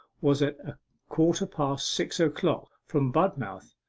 was at a quarter-past six o'clock from budmouth,